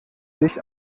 sich